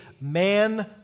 man